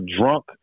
drunk